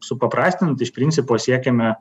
supaprastinant iš principo siekiame